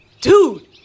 Dude